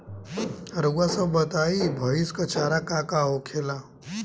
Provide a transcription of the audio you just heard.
रउआ सभ बताई भईस क चारा का का होखेला?